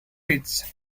rich